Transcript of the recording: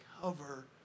cover